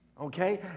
okay